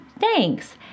Thanks